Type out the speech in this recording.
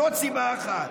זאת סיבה אחת.